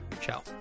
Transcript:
ciao